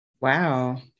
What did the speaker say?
Wow